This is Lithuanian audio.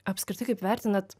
apskritai kaip vertinat